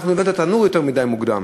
אם יהיו כל שנה, אז יתרגלו לזה.